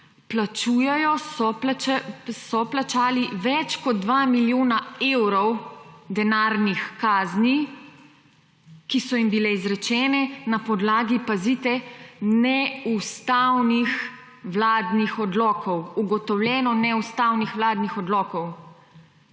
plačujejo, so plačali več kot 2 milijona evrov denarnih kazni, ki so jim bile izrečene na podlagi, pazite, neustavnih vladnih odlokov, ugotovljeno neustavnih vladnih odlokov.